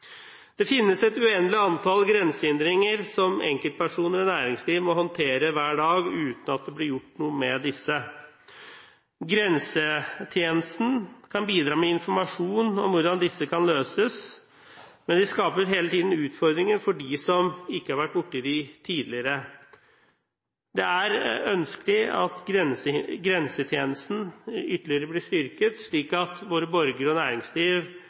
Det finnes et uendelig antall grensehindringer som enkeltpersoner i næringslivet må håndtere hver dag, uten at det blir gjort noe med disse. Grensetjenesten kan bidra med informasjon om hvordan disse kan løses, men de skaper hele tiden utfordringer for dem som ikke har vært borti dem tidligere. Det er ønskelig at grensetjenesten blir ytterligere styrket, slik at våre borgere og vårt næringsliv